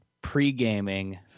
pre-gaming